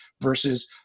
versus